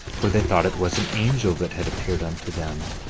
for they thought it was an angel that had appeared unto them.